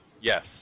Yes